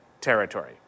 territory